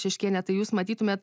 šeškiene tai jūs matytumėt